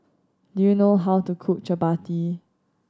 do you know how to cook Chapati